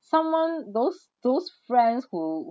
someone those those friends who